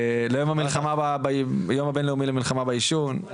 ביום הבינלאומי למלחמה בעישון,